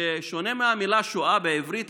בשונה מהמילה "שואה" בעברית,